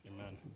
Amen